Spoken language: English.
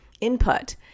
input